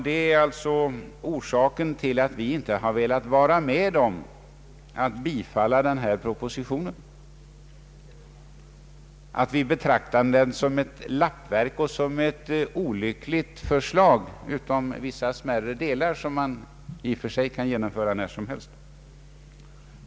Det är alltså orsaken till att vi inte velat vara med om att bifalla denna proposition. Vi betraktar den som ett lappverk och som ett olyckligt förslag, utom beträffande vissa smärre delar vilka man i och för sig kan genomföra när som helst.